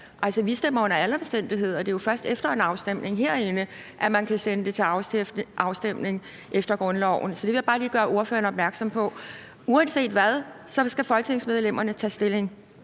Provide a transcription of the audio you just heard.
Altså, vi stemmer under alle omstændigheder. Det er jo først efter en afstemning herinde, at man kan sende det til afstemning efter grundloven. Så det vil jeg bare lige gøre ordføreren opmærksom på. Uanset hvad skal folketingsmedlemmerne tage stilling,